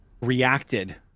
reacted